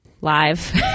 Live